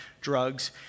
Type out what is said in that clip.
drugs